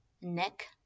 neck